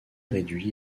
réduit